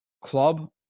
club